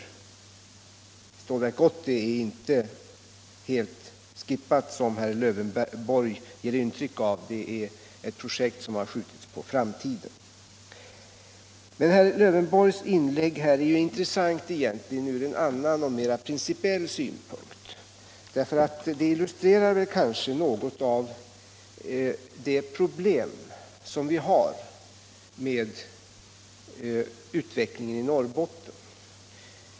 Stålverk 80 är inte skrinlagt, som herr Lövenborg ger intryck av, det är ett projekt som har skjutits på framtiden. Men från en annan och mera principiell synpunkt är herr Lövenborgs inlägg intressant. Det illustrerar kanske något av det problem som vi har med utvecklingen i Norrbotten.